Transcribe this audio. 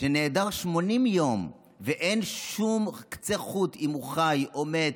שנעדר 80 יום ואין שום קצה חוט אם הוא חי או מת,